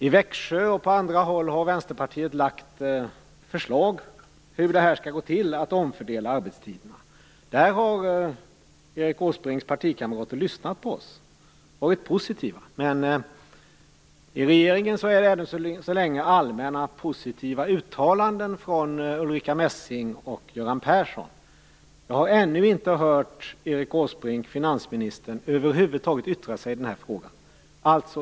I Växjö och på andra håll har Vänsterpartiet lagt fram förslag till hur det skall gå till att omfördela arbetstiderna. Där har Erik Åsbrinks partikamrater lyssnat på oss och varit positiva. Vad gäller regeringen kommer det ännu så länge allmänt positiva uttalanden från Ulrika Messing och Göran Persson. Jag har ännu inte hört Erik Åsbrink - finansministern - yttra sig i denna fråga.